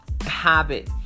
habit